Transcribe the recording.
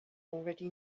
already